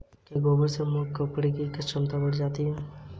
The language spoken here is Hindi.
मोदी की नई योजना क्या है?